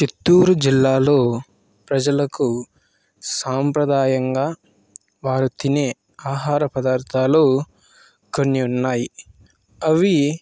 చిత్తూరు జిల్లాలో ప్రజలకు సంప్రదాయంగా వారు తినే ఆహార పదార్ధాలు కొన్ని ఉన్నాయి అవి